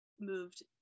moved